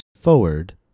forward